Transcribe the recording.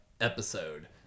episode